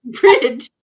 bridge